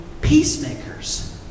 peacemakers